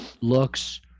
looks